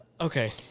Okay